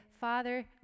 father